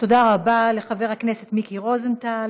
תודה רבה לחבר הכנסת מיקי רוזנטל.